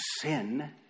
sin